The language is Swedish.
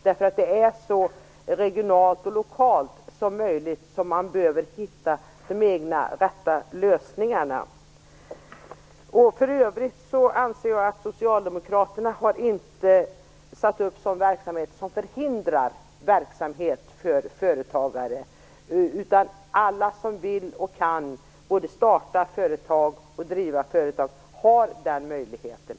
Det är regionalt och lokalt som man hittar de rätta lösningarna. För övrigt anser jag att Socialdemokraterna inte har satt upp några hinder för företagarnas verksamhet. Alla som vill och kan starta och driva företag har den möjligheten.